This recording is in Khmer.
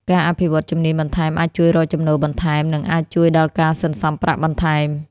ការអភិវឌ្ឍជំនាញបន្ថែមអាចជួយរកចំណូលបន្ថែម និងអាចជួយដល់ការសន្សំប្រាក់បន្ថែម។